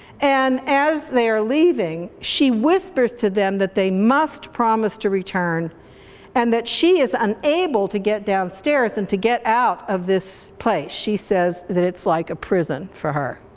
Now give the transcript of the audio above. and as they are leaving she whispers to them that they must promise to return and that she is unable to get downstairs and to get out of this place. she says that it's like a prison for her.